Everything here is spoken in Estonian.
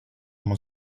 oma